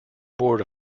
board